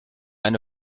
eine